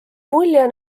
mulje